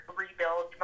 rebuild